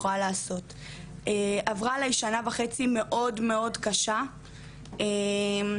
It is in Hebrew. שהתבטאה בכל דבר שאפשר לחשוב עליו במדיה החברתית,